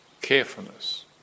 carefulness